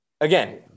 Again